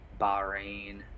Bahrain